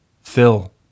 Phil